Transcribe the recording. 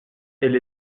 elle